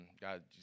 God